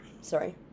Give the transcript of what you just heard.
Sorry